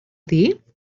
dir